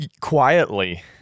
quietly